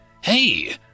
Hey